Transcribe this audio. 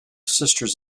sisters